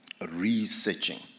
researching